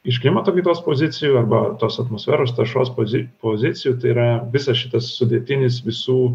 iš klimato kaitos pozicijų arba tos atmosferos taršos pozi pozicijų tai yra visas šitas sudėtinis visų